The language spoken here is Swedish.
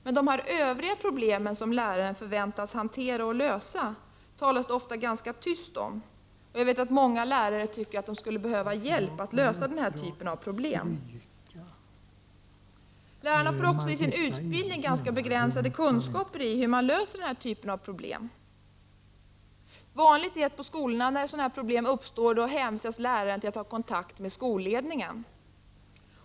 Men övriga problem som en lärare förväntas hantera och lösa talas det ofta ganska tyst om. Jag vet att många lärare tycker att de skulle behöva hjälp med att lösa dessa problem. Lärarna får också i sin utbildning ganska begränsade kunskaper i hur man löser den här typen av problem. Det är vanligt att en lärare när sådana här problem uppstår i en skola uppmanas att ta kontakt med skolledningen.